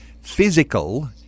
physical